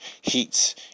heats